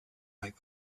like